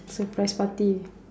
surprise party